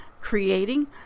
creating